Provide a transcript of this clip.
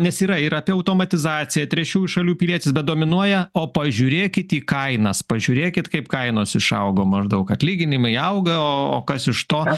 nes yra ir apie automatizaciją trečiųjų šalių pilietis bet dominuoja o pažiūrėkit į kainas pažiūrėkit kaip kainos išaugo maždaug atlyginimai auga o kas iš to